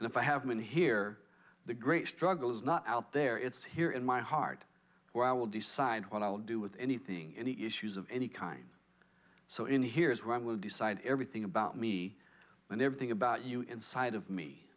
and if i have been here the great struggle is not out there it's here in my heart where i will decide what i will do with anything any issues of any kind so in here is where i will decide everything about me and everything about you inside of me